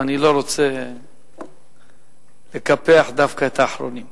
ואני לא רוצה לקפח דווקא את האחרונים.